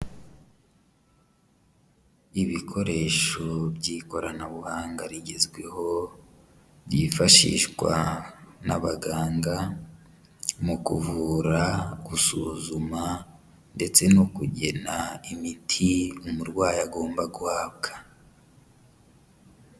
Ibikoresho by'ikoranabuhanga rigezweho byifashishwa n'abaganga mu kuvura, gusuzuma ndetse no kugena imiti umurwayi agomba guhabwa.